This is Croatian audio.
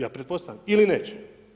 Ja pretpostavljam, ili neće.